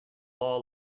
law